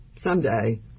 someday